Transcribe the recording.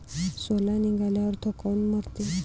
सोला निघाल्यावर थो काऊन मरते?